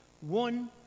One